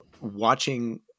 watching